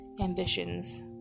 ambitions